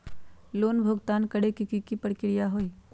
Loan भुगतान करे के की की प्रक्रिया होई?